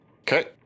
Okay